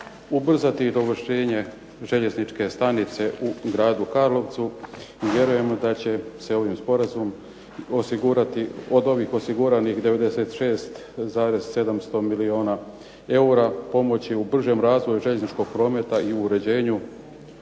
ubrzati dovršenje željezničke stanice u gradu Karlovcu i vjerujemo da će se ovim sporazumom osigurati od ovih osiguranih 96,7 milijuna eura pomoći u bržem razvoju željezničkog prometa i u uređenju